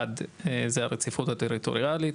1. הרציפות הטריטוריאלית.